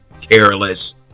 careless